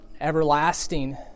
everlasting